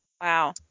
Wow